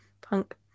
punk